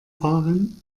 fahren